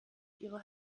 ihre